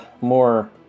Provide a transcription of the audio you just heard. more